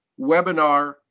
webinar